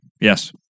Yes